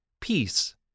peace